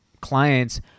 clients